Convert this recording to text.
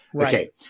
Okay